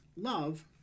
Love